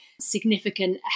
significant